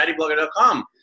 daddyblogger.com